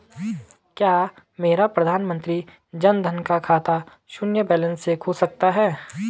क्या मेरा प्रधानमंत्री जन धन का खाता शून्य बैलेंस से खुल सकता है?